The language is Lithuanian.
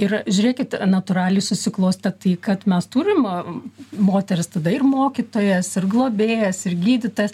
ir žiūrėkit natūraliai susiklostė tai kad mes turim moteris tada ir mokytojas ir globėjas ir gydytojas